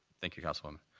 thank you, councilwoman.